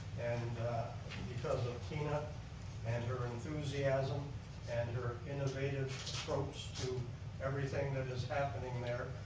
and because of tina and her enthusiasm and her innovative programs to everything that is happening there.